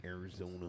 Arizona